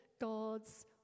God's